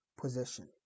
position